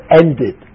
ended